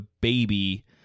baby